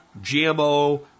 GMO